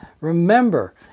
remember